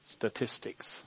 statistics